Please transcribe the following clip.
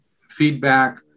feedback